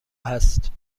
هست